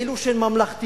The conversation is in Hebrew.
כאילו אין ממלכתיות,